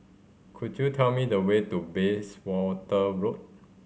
could you tell me the way to Bayswater Road